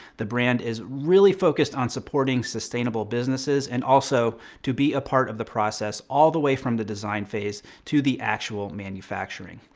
the brand is really focused on supporting sustainable businesses and also to be a part of the process all the way from the design phase to the actual manufacturing.